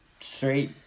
straight